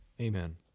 Amen